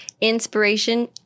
inspiration